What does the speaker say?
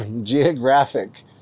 geographic